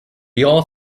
yacht